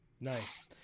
Nice